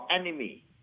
enemy